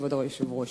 כבוד היושב-ראש.